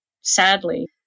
sadly